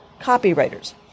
copywriters